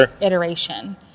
iteration